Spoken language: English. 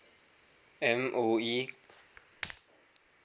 M_O_E